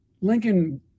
Lincoln